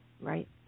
Right